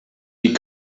die